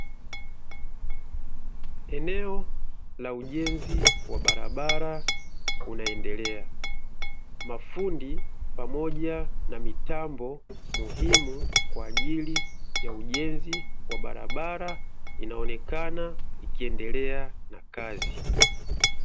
Eneo la ujenzi wa barabara unaendelea, mafundi pamoja na mitambo muhimu kwa ajili ya ujenzi wa barabara, inaonekana ikiendelea na kazi.